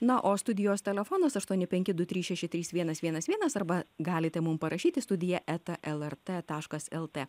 na o studijos telefonas aštuoni penki du trys šeši trys vienas vienas vienas arba galite mum parašyti studija eta lrt taškas lt